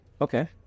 Okay